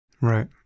Right